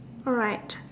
alright